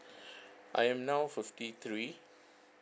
I am now fifty three